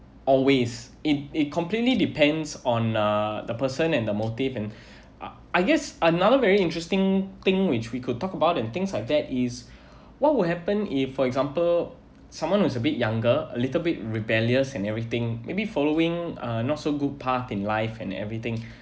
always it it completely depends on uh the person and the motive and uh I guess another very interesting thing which we could talk about and things like that is what will happen if for example someone who's a bit younger a little bit rebellious and everything maybe following uh not so good path in life and everything